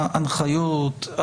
ההנחיות,